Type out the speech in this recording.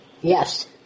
Yes